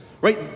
right